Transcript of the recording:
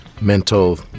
Mental